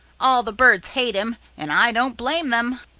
all the birds hate him, and i don't blame them.